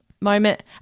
moment